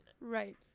Right